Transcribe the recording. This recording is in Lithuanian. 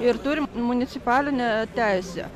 ir turi municipalinę teisę